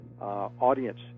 audience